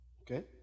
okay